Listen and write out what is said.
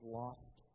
lost